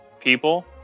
people